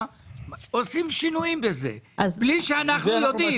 ועושים שינויים בזה בלי שאנחנו יודעים.